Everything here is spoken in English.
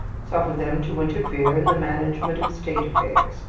suffer them to interfere in the management of state affairs,